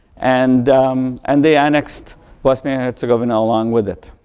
and and they annexed bosnia-herzegovina along with it.